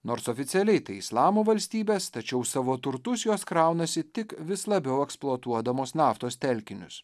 nors oficialiai tai islamo valstybės tačiau savo turtus jos kraunasi tik vis labiau eksploatuodamos naftos telkinius